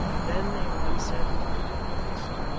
then they were uncertain what to do next,